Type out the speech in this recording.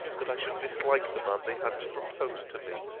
that i should dislike the man they had to propose to me.